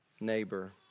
neighbor